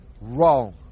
wrong